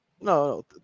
No